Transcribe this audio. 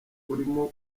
urimo